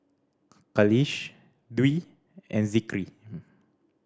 Khalish Dwi and Zikri